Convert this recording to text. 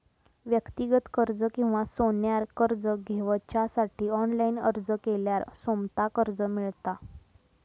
व्यक्तिगत कर्ज किंवा सोन्यार कर्ज घेवच्यासाठी ऑनलाईन अर्ज केल्यार सोमता कर्ज मेळता